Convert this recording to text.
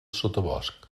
sotabosc